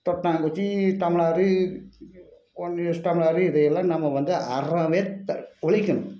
கொட்டாங்குச்சி tumbler one use tumbler இதை எல்லாம் நம்ம வந்து அறவே த ஒழிக்கணும்